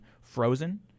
Frozen